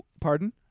pardon